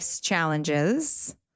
challenges